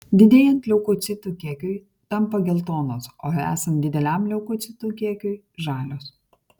didėjant leukocitų kiekiui tampa geltonos o esant dideliam leukocitų kiekiui žalios